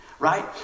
Right